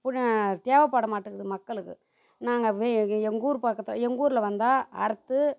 புன அது தேவைப்பட மாட்டங்குது மக்களுக்கு நாங்கள் எங்கள் ஊர் பக்கத்தில் எங்கள் ஊரில் வந்தால் அறுத்து